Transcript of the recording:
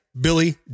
Billy